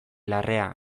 larrea